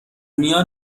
میان